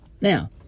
now